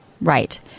Right